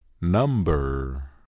number